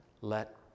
let